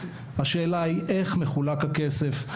השאלה היא איך מחולק הכסף.